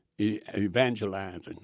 evangelizing